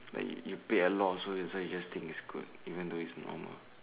then you you pay a lot also that's why you think it's good even thought it's normal